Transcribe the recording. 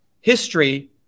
history